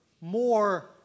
more